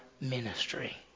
ministry